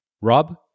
Rob